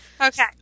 Okay